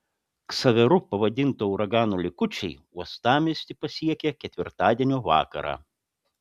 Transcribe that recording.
ksaveru pavadinto uragano likučiai uostamiestį pasiekė ketvirtadienio vakarą